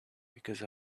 because